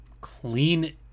clean